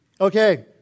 Okay